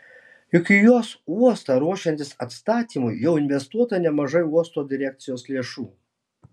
juk į jos uostą ruošiantis atstatymui jau investuota nemažai uosto direkcijos lėšų